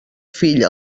fill